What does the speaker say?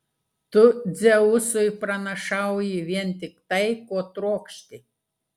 tu dzeusui pranašauji vien tik tai ko trokšti